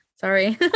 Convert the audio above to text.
sorry